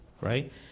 right